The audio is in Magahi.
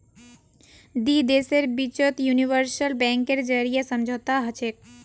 दी देशेर बिचत यूनिवर्सल बैंकेर जरीए समझौता हछेक